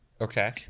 Okay